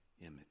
image